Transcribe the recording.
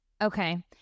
Okay